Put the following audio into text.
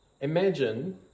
Imagine